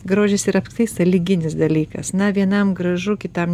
grožis yra tiktai sąlyginis dalykas ne vienam gražu kitam